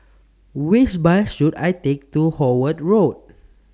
Which Bus should I Take to Howard Road